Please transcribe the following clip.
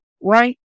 right